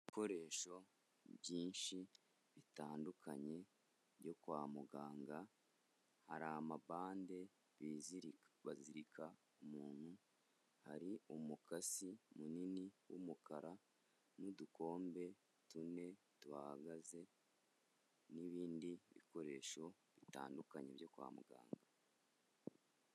Ibikoresho byinshi bitandukanye byo kwa muganga hari amabande bizirika, bazirika umuntu, hari umukasi munini w'umukara n'udukombe tune tuhahagaze n'ibindi bikoresho bitandukanye byo kwa muganga.